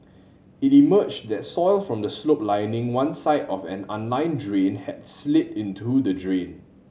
it emerged that soil from the slope lining one side of an unlined drain had slid into the drain